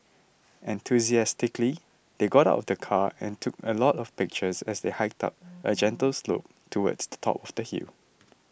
enthusiastically they got out of the car and took a lot of pictures as they hiked up a gentle slope towards the top of the hill